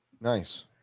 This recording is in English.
Nice